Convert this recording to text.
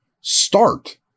start